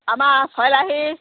আমাৰ ভইল আহি